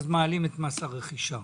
מעלים את מס הרכישה.